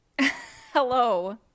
Hello